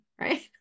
right